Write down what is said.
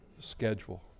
schedule